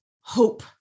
hope